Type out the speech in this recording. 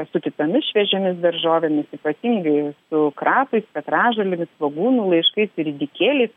su kitomis šviežiomis daržovėmis ypatingai su krapais petražolėmis svogūnų laiškais ir ridikėliais